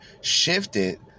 shifted